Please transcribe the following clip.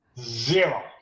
zero